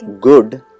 good